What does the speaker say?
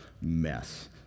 mess